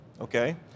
Okay